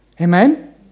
Amen